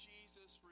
Jesus